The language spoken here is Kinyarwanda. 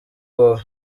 wowe